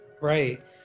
Right